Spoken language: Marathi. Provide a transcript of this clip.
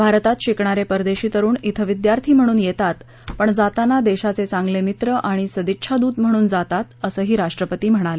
भारतात शिकणारे परदेशी तरूण इथं विद्यार्थी म्हणून येतात पण जाताना देशाचे चांगले मित्र आणि सदिच्छादूत म्हणून जातात असं ही राष्ट्रपती म्हणाले